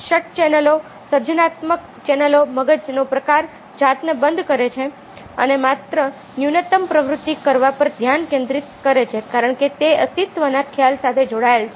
shirt ચેનલો સર્જનાત્મક ચેનલો મગજનો પ્રકાર જાતને બંધ કરે છે અને માત્ર ન્યૂનતમ પ્રવૃત્તિ કરવા પર ધ્યાન કેન્દ્રિત કરે છે કારણ કે તે અસ્તિત્વના ખ્યાલ સાથે જોડાયેલ છે